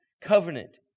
covenant